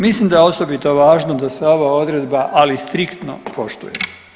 Mislim da je osobito važno da se ova odredba ali striktno poštuje.